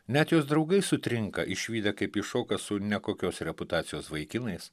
net jos draugai sutrinka išvydę kaip ji šoka su nekokios reputacijos vaikinais